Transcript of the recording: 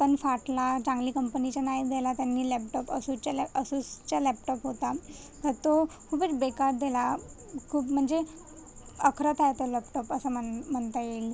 पण फाटला चांगली कंपनीचा नाही दिला त्यांनी लॅबटाॅप असूच्या लॅ असूसचा लॅपटाॅप होता हं तो खूपच बेकार दिला खूप म्हणजे अखरत आहे तो लॅपटाॅप असं मन म्हणता येईल